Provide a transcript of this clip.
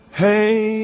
hey